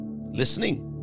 Listening